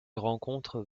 rencontre